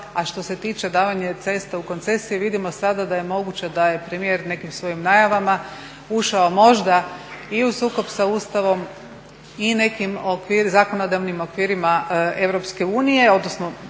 A što se tiče davanja cesta u koncesije, vidimo sada da je moguće da je premijer nekim svojim najavama ušao možda i u sukob sa Ustavom, i nekim zakonodavnim okvirima EU, odnosno